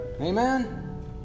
Amen